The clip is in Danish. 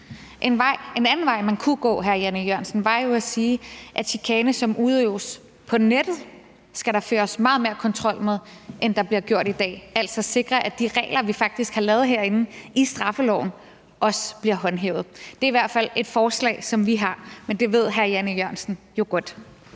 En anden vej, man kunne gå, hr. Jan E. Jørgensen, var jo at sige, at chikane, som udøves på nettet, skal der føres meget mere kontrol med, end der bliver gjort i dag, altså at sikre, at de regler, vi faktisk har lavet herinde i straffeloven, også bliver håndhævet. Det er i hvert fald et forslag, som vi har, men det ved hr. Jan E. Jørgensen jo godt.